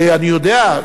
אני יודע,